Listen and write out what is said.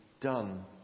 done